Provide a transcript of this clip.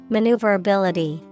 Maneuverability